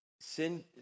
Sin